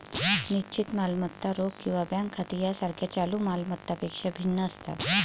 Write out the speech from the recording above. निश्चित मालमत्ता रोख किंवा बँक खाती यासारख्या चालू माल मत्तांपेक्षा भिन्न असतात